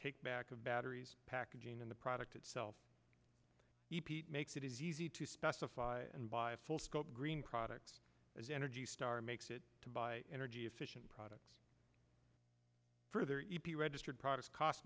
take back of batteries packaging and the product itself makes it is easy to specify and buy a full scope green products as energy star makes it to buy energy efficient products for their e p a registered products cost